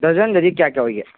ꯗꯔꯖꯟꯗꯗꯤ ꯀꯌꯥ ꯀꯌꯥ ꯑꯣꯏꯕꯒꯦ